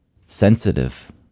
Sensitive